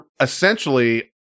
Essentially